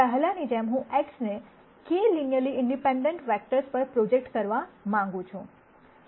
પહેલાંની જેમ હું X ને k લિનયરલી ઇંડિપેંડેન્ટ વેક્ટર્સ પર પ્રોજેક્ટ કરવા માંગું છું